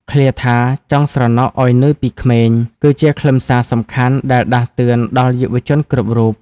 ឃ្លាថា «ចង់ស្រណុកឱ្យនឿយពីក្មេង» គឺជាខ្លឹមសារសំខាន់ដែលដាស់តឿនដល់យុវជនគ្រប់រូប។